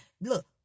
Look